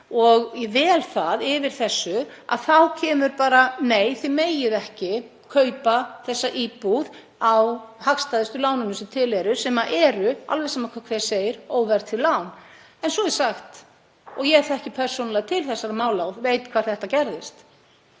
og vel það, yfir þessu, þá kemur bara: Nei, þið megið ekki kaupa þessa íbúð á hagstæðustu lánunum sem til eru, sem eru, alveg sama hvað hver segir, óverðtryggð lán. En svo er sagt, og ég þekki persónulega til þessara mála og veit hvar þetta gerðist: